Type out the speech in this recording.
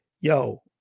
yo